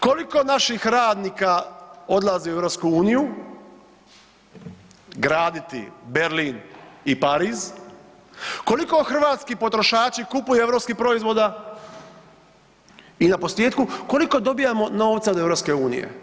Koliko naših radnika odlazi u EU, graditi Berlin i Pariz, koliko hrvatski potrošači kupuju europskih proizvoda, i naposljetku, koliko dobivamo novaca od EU?